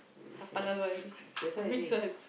chapalang one mix one